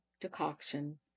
decoction